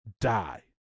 die